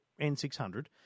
N600